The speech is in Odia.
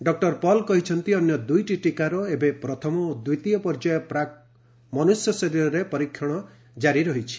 ଡକ୍ଟର ପଲ୍ କହିଛନ୍ତି ଅନ୍ୟ ଦୁଇଟି ଟୀକାର ଏବେ ପ୍ରଥମ ଓ ଦ୍ୱିତୀୟ ପର୍ଯ୍ୟାୟ ପ୍ରାକ୍ ମନୁଷ୍ୟ ଶରୀରରେ ପରୀକ୍ଷଣ କାରି ରହିଛି